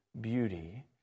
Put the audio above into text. beauty